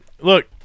look